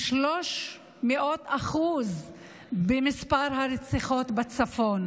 ב-300% במספר הרציחות בצפון,